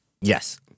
Yes